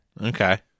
Okay